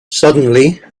suddenly